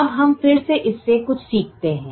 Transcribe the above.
अब हम फिर से इससे कुछ सीखते हैं